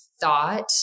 thought